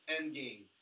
Endgame